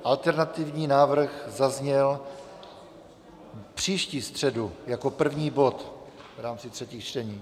Alternativní návrh zazněl příští středu jako první bod v rámci třetích čtení.